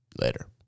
Later